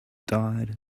died